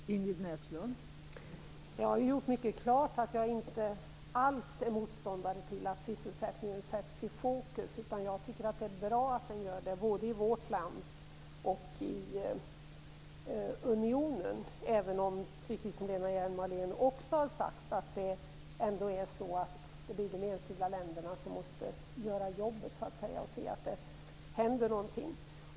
Fru talman! Jag har gjort det mycket klart att jag inte alls är motståndare till att sysselsättningen sätts i fokus. Jag tycker att det är bra att man gör det både i vårt land och i unionen även om det, precis som Lena Hjelm-Wallén också har sagt, blir de enskilda länderna som så att säga måste göra jobbet och se till att det händer någonting.